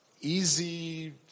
easy